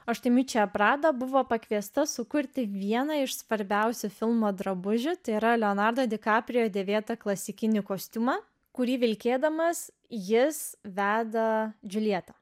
o štai miučia prada buvo pakviesta sukurti vieną iš svarbiausių filmo drabužių tai yra leonardo di kaprio dėvėtą klasikinį kostiumą kurį vilkėdamas jis veda džiuljetą